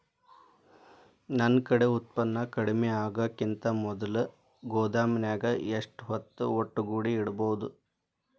ನನ್ ಕಡೆ ಉತ್ಪನ್ನ ಕಡಿಮಿ ಆಗುಕಿಂತ ಮೊದಲ ಗೋದಾಮಿನ್ಯಾಗ ಎಷ್ಟ ಹೊತ್ತ ಒಟ್ಟುಗೂಡಿ ಇಡ್ಬೋದು?